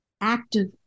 active